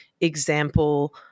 example